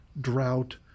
drought